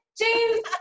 james